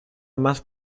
más